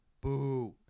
boo